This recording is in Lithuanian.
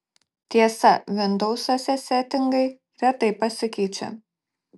tiesa vindousuose setingai retai pasikeičia